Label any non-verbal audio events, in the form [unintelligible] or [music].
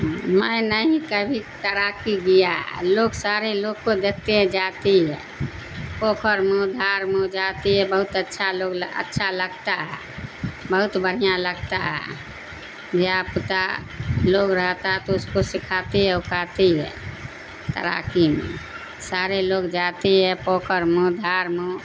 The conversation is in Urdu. میں نہیں کبھی تیراکی گیا لوگ سارے لوگ کو دیکھتے ہیں جاتی ہے پوکھر میں دھار میں جاتی ہے بہت اچھا لوگ اچھا لگتا ہے بہت بڑھیا لگتا ہے [unintelligible] لوگ رہتا تو اس کو سکھاتی ہے اکاتی ہے تیراکی میں سارے لوگ جاتی ہے پوکھر میں دھار میں